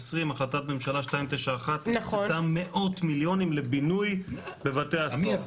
באוגוסט 2020 החלטת ממשלה 291 הקצתה מאות מיליונים לבינוי בבתי הסוהר.